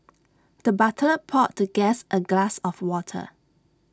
the butler poured the guest A glass of water